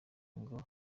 ngo